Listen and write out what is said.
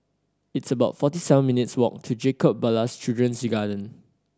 it's about forty seven minutes' walk to Jacob Ballas Children's Garden